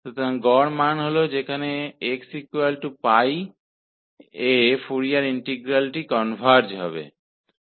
तो औसत मान ff2 है जिस पर xπ पर फोरियर इंटीग्रल कन्वर्ज होगा